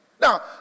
Now